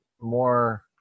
more